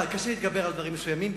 קשה להתגבר על דברים מסוימים,